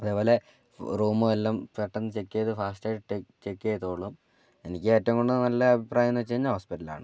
അതേപോലെ റൂമും എല്ലാം പെട്ടന്ന് ചെക്ക് ചെയ്ത് ഫാസ്റ്റായിട്ട് ചെക്ക് ചെയ്തോളും എനിക്ക് ഏറ്റവും കൂടുതൽ നല്ല അഭിപ്രായം എന്ന് വച്ചു കഴിഞ്ഞാൽ ഹോസ്പിറ്റലാണ്